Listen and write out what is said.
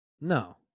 No